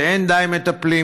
ואין די מטפלים,